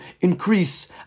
increase